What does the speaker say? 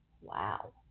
Wow